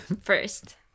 First